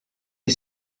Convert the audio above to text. est